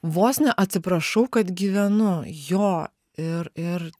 vos ne atsiprašau kad gyvenu jo ir ir